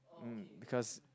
mm because